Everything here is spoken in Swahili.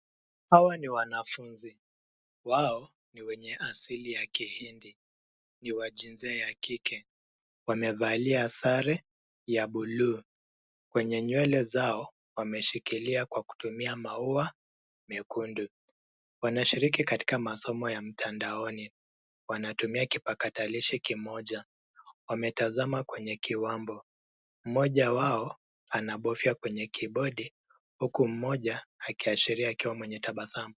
Hawa ni wanafunzi. Wao ni wenye asili ya Kihindi. Ni wa jinsia ya kike. Wamevalia sare ya bluu. Kwenye nywele zao wameshikilia kwa kutumia maua mekundu. Wanashiriki katika masomo ya mtandaoni. Wanatumia kipakatalishi kimoja. Wametazama kwenye kiwambo. Mmoja wao anabofya kwenye kibodi huku mmoja akiashiria akiwa mwenye tabasamu.